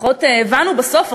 לפחות הבנו בסוף,